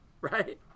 right